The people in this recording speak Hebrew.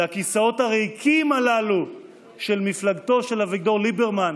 לכיסאות הריקים הללו של מפלגתו של אביגדור ליברמן,